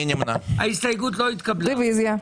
1. הצבעה ההסתייגות לא נתקבלה ההסתייגות לא התקבלה.